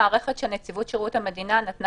המערכת של נציבות שירות המדינה נתנה